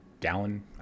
gallon